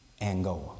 Angola